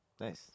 nice